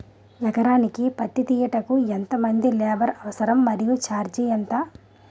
ఎకరానికి పత్తి తీయుటకు ఎంత మంది లేబర్ అవసరం? మరియు ఛార్జ్ ఎంత?